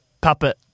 puppet